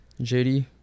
JD